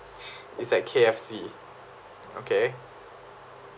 is at K_F_C okay